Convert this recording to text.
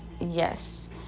yes